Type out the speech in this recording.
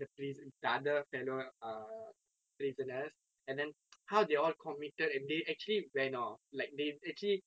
the priso~ the other fellow err prisoners and then how all committed and they actually ran off they actually